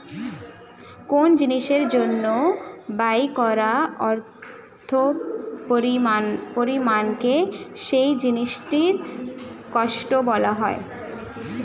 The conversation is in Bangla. কোন জিনিসের জন্য ব্যয় করা অর্থের পরিমাণকে সেই জিনিসটির কস্ট বলা হয়